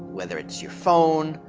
whether it's your phone,